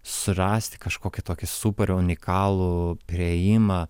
surasti kažkokį tokį super unikalų priėjimą